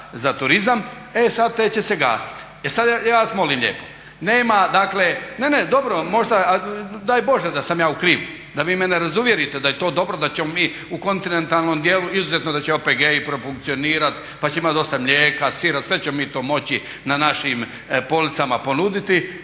za turizam, e sada te će se gasiti. Sada vas molim lijepo, nema dakle ne, ne, dobro možda daj Bože da sam ja u krivu da vi mene razuvjerite da je to dobro da ćemo mi u kontinentalnom dijelu izuzetno da će OPG-i profunkcionirati pa će imati dosta mlijeka, sira sve ćemo mi to moći na našim policama ponuditi